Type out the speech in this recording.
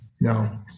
No